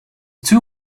two